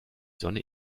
sonne